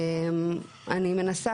אני מנסה,